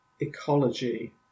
ecology